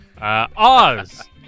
Oz